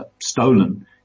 stolen